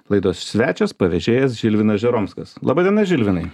laidos svečias pavėžėjęs žilvinas žeromskas laba diena žilvinai